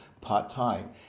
part-time